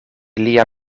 lia